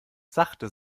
sachte